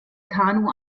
kanu